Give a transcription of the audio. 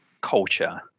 culture